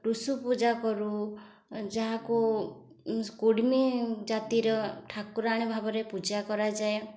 ଟୁସୁ ପୂଜା କରୁ ଯାହାକୁ କୁଡ଼ମୀ ଜାତିର ଠାକୁରାଣୀ ଭାବରେ ପୂଜା କରାଯାଏ